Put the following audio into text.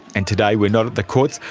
and today we're not at the courts,